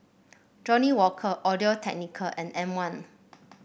Johnnie Walker Audio Technica and M one